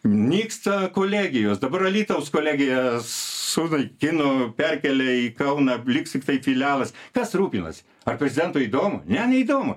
nyksta kolegijos dabar alytaus kolegija sunaikino perkėlė į kauną liks tik tai filialas kas rūpinasi ar prezidentui įdomu ne neįdomu